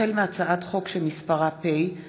החל בהצעת חוק פ/4261/20